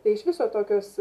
tai iš viso tokios